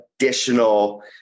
additional